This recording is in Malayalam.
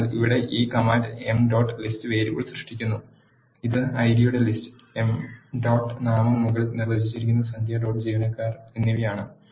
അതിനാൽ ഇവിടെ ഈ command M dot list variable സൃഷ്ടിക്കുന്നു ഇത് ഐഡിയുടെ ലിസ്റ്റ് എംപ് ഡോട്ട് നാമം മുകളിൽ നിർവചിച്ചിരിക്കുന്ന സംഖ്യ ഡോട്ട് ജീവനക്കാർ എന്നിവയാണ്